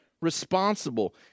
responsible